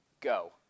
Go